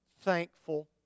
thankful